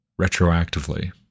retroactively